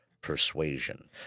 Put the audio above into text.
persuasion